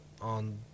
on